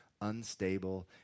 unstable